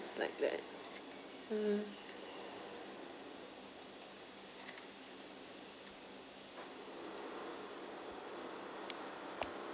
it's like that mm